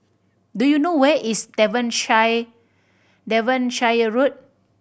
do you know where is Devonshire Road